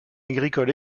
agricole